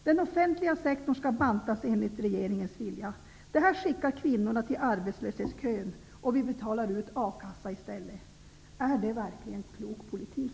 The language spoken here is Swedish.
Den offentliga sektorn skall enligt regeringens önskan bantas. Det skickar kvinnorna till arbetslöshetskön, och vi betalar ut ersättning ur A-kassan i stället för lön. Är det verkligen klok politik?